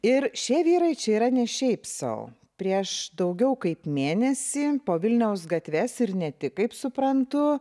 ir šie vyrai čia yra ne šiaip sau prieš daugiau kaip mėnesį po vilniaus gatves ir ne tik kaip suprantu